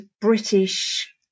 British